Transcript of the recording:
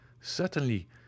Certainly